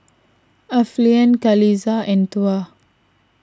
Alfian Qalisha and Tuah